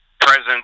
presence